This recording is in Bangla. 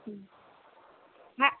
হুম হ্যাঁ